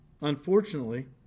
Unfortunately